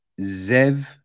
Zev